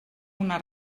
una